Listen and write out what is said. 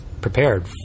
prepared